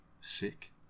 Sick